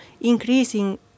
increasing